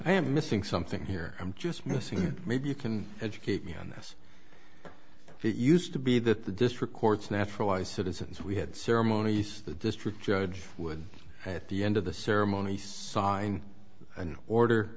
am missing something here i'm just missing maybe you can educate me on this it used to be that the district courts naturalized citizens we had ceremonies the district judge would at the end of the ceremony sign an order